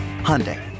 Hyundai